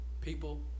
people